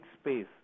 space